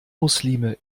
muslime